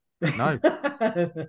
No